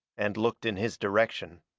and looked in his direction.